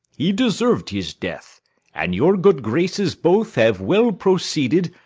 he deserv'd his death and your good graces both have well proceeded,